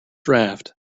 draft